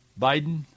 Biden